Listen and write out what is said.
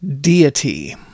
deity